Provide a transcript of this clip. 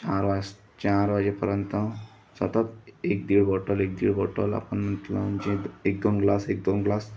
चार वाजता चार वाजेपर्यंत सतत एक दीड बॉटल एक दीड बॉटल आपण म्हटलं म्हणजे एक दोन ग्लास एक दोन ग्लास